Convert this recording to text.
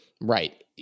Right